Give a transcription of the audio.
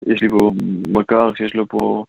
יש לי פה... מכר, שיש לו פה...